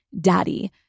daddy